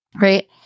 right